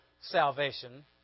Salvation